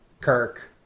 Kirk